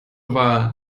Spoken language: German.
war